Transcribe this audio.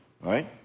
right